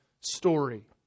story